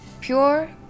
pure